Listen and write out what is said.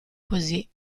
così